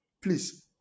Please